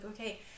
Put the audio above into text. okay